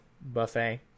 buffet